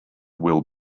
will